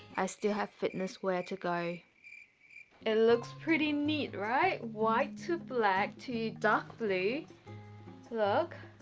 i still have fitness where to go it looks pretty neat right white to black to dark blue look